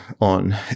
on